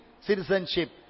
citizenship